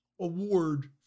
award